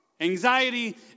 Anxiety